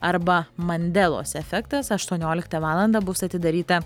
arba mandelos efektas aštuonioliktą valandą bus atidaryta